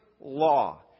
law